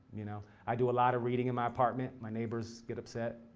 you know i do a lot of reading in my apartment. my neighbors get upset.